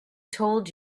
told